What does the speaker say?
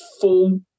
full